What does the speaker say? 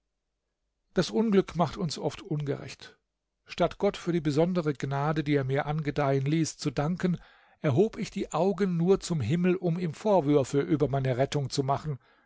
das unglück macht uns oft ungerecht statt gott für die besondere gnade die er mir angedeihen ließ zu danken erhob ich die augen nur zum himmel um ihm vorwürfe über meine rettung zu machen